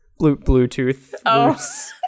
Bluetooth